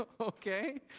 okay